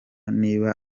niba